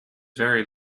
very